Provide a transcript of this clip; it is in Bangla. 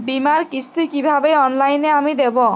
বীমার কিস্তি কিভাবে অনলাইনে আমি দেবো?